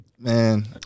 man